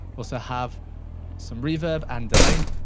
also have some reverb and delay,